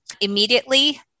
Immediately